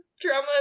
drama